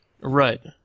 Right